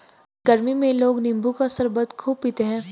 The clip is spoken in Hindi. गरमी में लोग नींबू का शरबत खूब पीते है